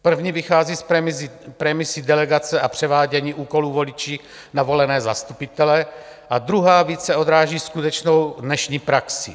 První vychází z premisy delegace a převádění úkolů voliči na volené zastupitele a druhá více odráží skutečnou dnešní praxi.